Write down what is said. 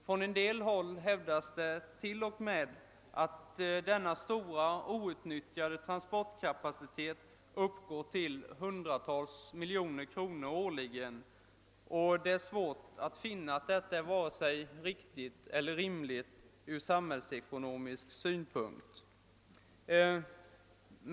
Från en del hävdas det t.o.m. att den outnyttjade transportkapaciteten kostar hundratals miljoner kronor årligen. Det är svårt att finna att ett sådant förhållande är vare sig riktigt eller rimligt från samhällsekonomisk synpunkt.